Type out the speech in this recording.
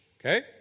okay